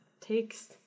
takes